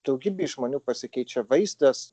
daugybei žmonių pasikeičia vaizdas